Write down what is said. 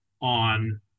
on